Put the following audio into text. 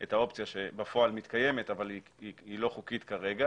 את האופציה שבפועל מתקיימת, אבל היא לא חוקית כרגע